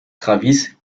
travis